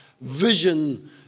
vision